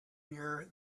year